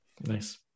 nice